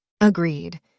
Agreed